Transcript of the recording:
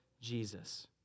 Jesus